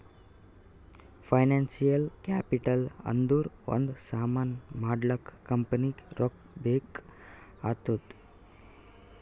financial capital ಅಂದುರ್ ಒಂದ್ ಸಾಮಾನ್ ಮಾಡ್ಲಾಕ ಕಂಪನಿಗ್ ರೊಕ್ಕಾ ಬೇಕ್ ಆತ್ತುದ್